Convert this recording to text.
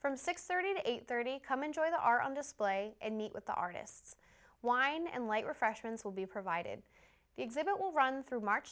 from six thirty to eight thirty come enjoy the are on display and meet with the artists wine and light refreshments will be provided the exhibit will run through march